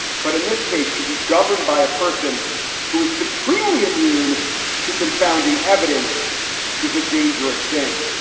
but in this case, to be governed by a person who is supremely immune to confounding evidence is a dangerous thing